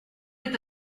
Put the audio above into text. est